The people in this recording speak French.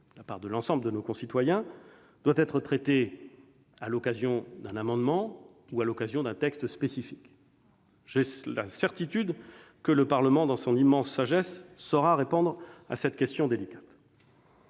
la part de l'ensemble de nos concitoyens, doit être traité à l'occasion d'un amendement ou d'un texte spécifique. J'ai la certitude que le Parlement dans son immense sagesse saura répondre à cette question délicate.